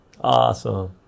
Awesome